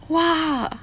!wah!